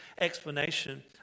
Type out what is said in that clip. explanation